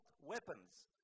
weapons